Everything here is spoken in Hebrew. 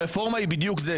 הרפורמה היא בדיוק זה.